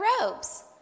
robes